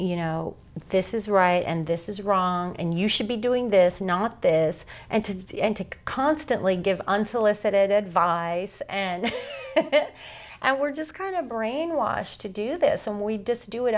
you know this is right and this is wrong and you should be doing this not this and to constantly give unsolicited advice and i were just kind of brainwashed to do this and we dissed do it